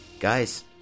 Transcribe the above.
guys